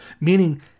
meaning